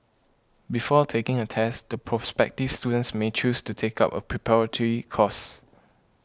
before taking a test the prospective students may choose to take up a preparatory course